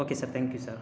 okay sir thank you sir